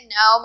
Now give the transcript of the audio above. no